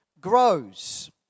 grows